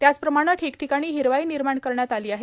त्याचप्रमाणेए ठिकठिकाणी हिरवाई निर्माण करण्यात आली आहे